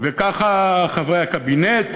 וכך חברי הקבינט